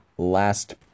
last